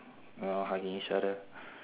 no lor hugging each other